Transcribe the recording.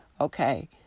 okay